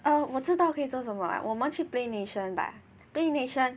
oh 我知道可以做什么了我们去 Play Nation 吧 Play Nation